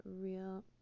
real